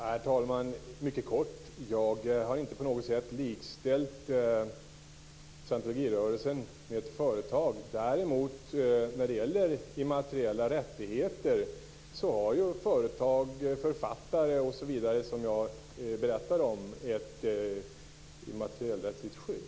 Herr talman! Jag har inte på något sätt likställt scientologirörelsen med ett företag. Men däremot har jag påpekat att såväl företag som exempelvis författare har ett immaterialrättsligt skydd.